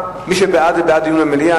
מי שבעד זה בעד דיון במליאה,